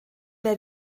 mehr